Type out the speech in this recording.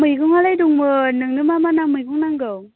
मैगंआलाय दंमोन नोंनो मा मा मैगं नांगौ